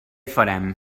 farem